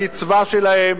לקצבה שלהם,